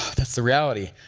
that's the reality.